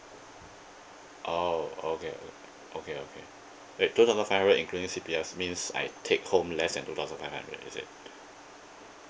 oh okay okay okay wait two thousand five hundred including C_P_F means I take home less than two thousand five hundred is it